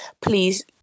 please